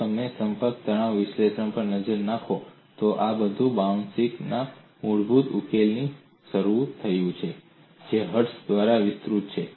જો તમે સંપર્ક તણાવ વિશ્લેષણ પર નજર નાખો તો આ બધું બાઉસિનેસ્કનાBoussinesq આ મૂળભૂત ઉકેલથી શરૂ થયું છે જે હર્ટ્ઝ દ્વારા વિસ્તૃત છે